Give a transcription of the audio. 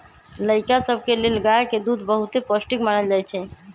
लइका सभके लेल गाय के दूध बहुते पौष्टिक मानल जाइ छइ